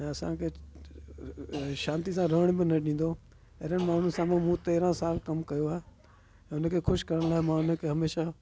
ऐं असांखे शांति सां रहण बि न ॾींदो हुओ अहिड़े माण्हू सां मां मूं तेरहं साल कमु कयो आहे ऐं हुन खे ख़ुशि करण ला मां हुन खे हमेशा